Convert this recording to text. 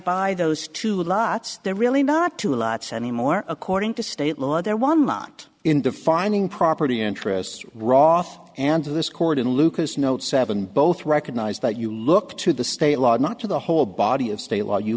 buy those two lots they're really not to allow any more according to state law they're one not in defining property interests roth and to this court in lucas notes seven both recognize that you look to the state law not to the whole body of state law you